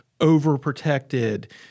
overprotected